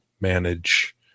manage